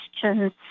questions